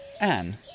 Anne